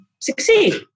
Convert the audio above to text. succeed